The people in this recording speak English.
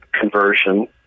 conversion